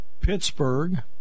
Pittsburgh